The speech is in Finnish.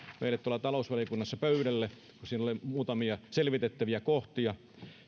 meillä tuolla talousvaliokunnassa pöydälle kun siinä oli muutamia selvitettäviä kohtia